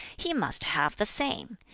he must have the same!